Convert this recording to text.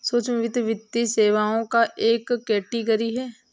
सूक्ष्म वित्त, वित्तीय सेवाओं का एक कैटेगरी है